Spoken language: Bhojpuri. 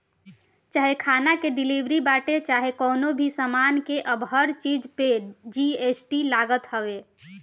चाहे खाना के डिलीवरी बाटे चाहे कवनो भी सामान के अब हर चीज पे जी.एस.टी लागत हवे